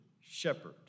shepherd